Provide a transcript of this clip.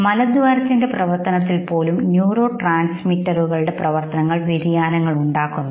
മലദ്വാരപ്രവർത്തനത്തിന്റെ തലത്തിൽ പോലും ന്യൂറോ ട്രാൻസ്മിറ്ററുകളുടെപ്രവർത്തനങ്ങൾ വ്യതിയാനം ഉണ്ടാക്കുന്നുണ്ട്